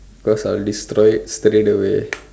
because I'll destroy it straight away